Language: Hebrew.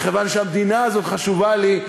מכיוון שהמדינה הזו חשובה לי,